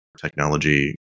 technology